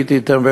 הייתי אתם,